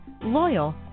loyal